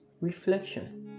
Reflection